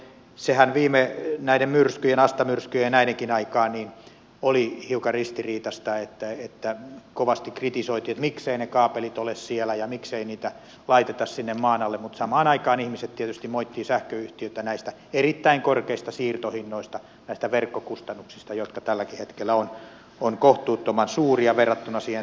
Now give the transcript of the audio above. sehän näiden myrskyjen asta myrskyn ja näidenkin aikaan oli hiukan ristiriitaista että kovasti kritisoitiin mikseivät kaapelit ole siellä ja miksei niitä laiteta sinne maan alle mutta samaan aikaan ihmiset tietysti moittivat sähköyhtiöitä näistä erittäin korkeista siirtohinnoista näistä verkkokustannuksista jotka tälläkin hetkellä ovat kohtuuttoman suuria verrattuna sähkön kulutuksen hintaan